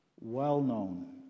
well-known